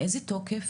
מאיזה תוקף?